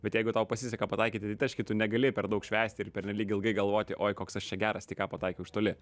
bet jeigu tau pasiseka pataikyti į kitų negali per daug švęsti ir pernelyg ilgai galvoti oi koks aš čia geras tik ką pataikė iš toli